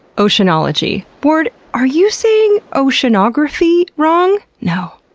oceanology. ward, are you saying oceanography wrong? no,